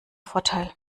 vorteil